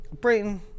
Brayton